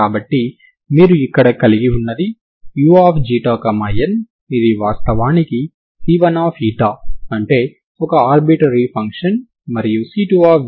కాబట్టి మీరు ఉత్పన్నాన్ని తీసుకున్నప్పుడు అది అన్ని సమయాలలో ఒకేలా ఉండాలి అంటే వాటి ఉత్పన్నం 0 అవ్వాలి